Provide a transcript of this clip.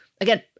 again